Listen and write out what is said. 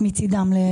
מצדם.